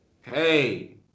Hey